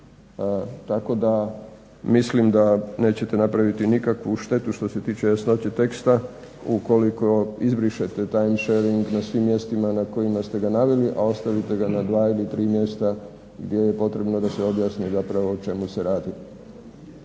Tako da mislim da nećete napraviti nikakvu štetu što se tiče nejasnoće teksta ukoliko izbrišete time sharing na svim mjestima na kojima ste ga naveli, a ostavite ga na dva ili tri mjesta gdje je potrebno da se objasni zapravo o čemu se radi.